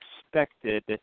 expected